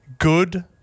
good